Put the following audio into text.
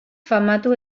famatu